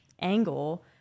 angle